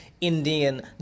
Indian